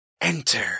Enter